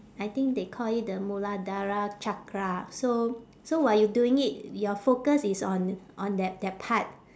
I think they call it the muladhara chakra so so while you doing it your focus is on on that that part